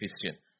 Christian